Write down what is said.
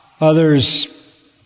others